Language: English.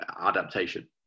adaptation